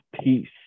Peace